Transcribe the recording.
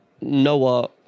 Noah